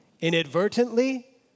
inadvertently